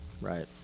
Right